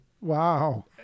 Wow